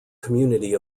community